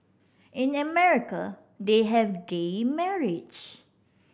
in America they have gay marriage